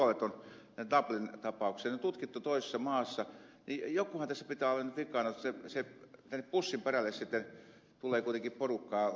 kun ne on tutkittu jo toisessa maassa niin jokuhan tässä pitää olla nyt vikana että tänne pussin perälle lappaa kuitenkin porukkaa